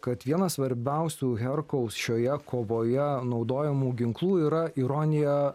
kad viena svarbiausių herkaus šioje kovoje naudojamų ginklų yra ironija